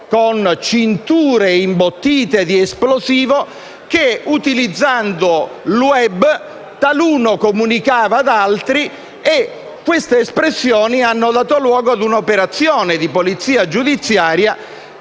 con cinture imbottite di esplosivo che, utilizzando il *web*, taluno comunicava ad altri. Queste espressioni hanno dato luogo ad un'operazione di polizia giudiziaria